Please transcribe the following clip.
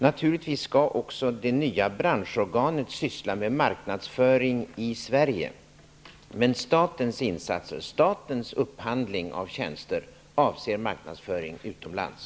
Naturligtvis skall också det nya branschorganet syssla med marknadsföring i Sverige. Men statens insatser, statens upphandling av tjänster, avser marknadsföring utomlands.